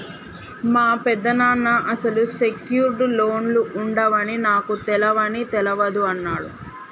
మా పెదనాన్న అసలు సెక్యూర్డ్ లోన్లు ఉండవని నాకు తెలవని తెలవదు అన్నడు